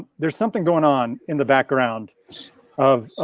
there's something going on in the background of,